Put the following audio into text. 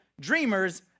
dreamers